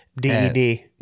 D-E-D